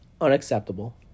unacceptable